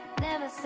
never